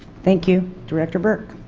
thank you, director burke.